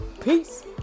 peace